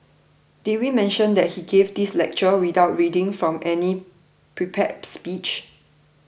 did we mention that he gave this lecture without reading from any prepared speech